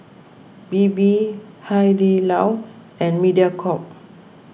Bebe Hai Di Lao and Mediacorp